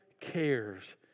cares